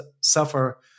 suffer